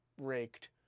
raked